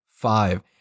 Five